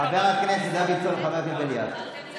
חבר הכנסת דוידסון, אני רוצה להגיד לך.